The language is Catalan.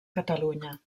catalunya